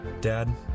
Dad